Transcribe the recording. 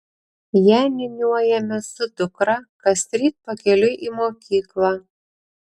ją niūniuojame su dukra kasryt pakeliui į mokyklą